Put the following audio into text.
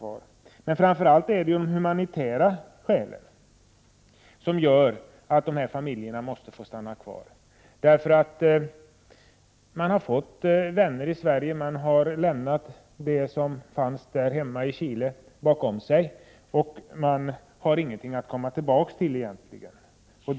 Av framför allt humanitära skäl måste dessa familjer få stanna i Sverige. De har fått vänner i Sverige, de har lämnat det som fanns hemma i Chile bakom sig och de har egentligen inte någonting att komma tillbaka till.